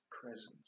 presence